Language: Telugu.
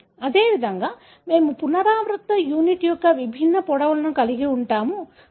కాబట్టి అదేవిధంగా మేము పునరావృత యూనిట్ యొక్క విభిన్న పొడవులను కలిగి ఉంటాము